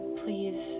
please